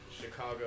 Chicago